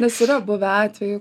nes yra buvę atvejų